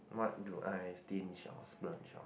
what do I stinge or splurge on